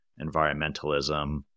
environmentalism